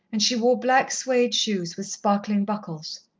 and she wore black suede shoes with sparkling buckles.